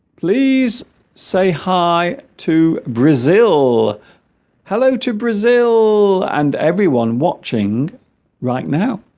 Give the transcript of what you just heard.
please say hi to brazil hello to brazil and everyone watching right now